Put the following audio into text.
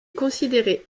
considéré